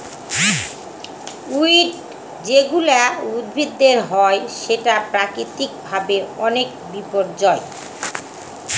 weed যেগুলা উদ্ভিদের হয় সেটা প্রাকৃতিক ভাবে অনেক বিপর্যই